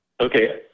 Okay